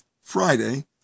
Friday